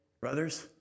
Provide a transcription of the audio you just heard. Brothers